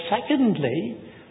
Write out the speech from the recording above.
secondly